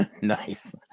Nice